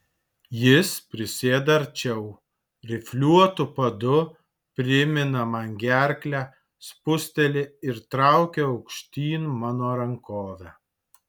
jis prisėda arčiau rifliuotu padu primina man gerklę spūsteli ir traukia aukštyn mano rankovę